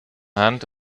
hand